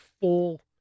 full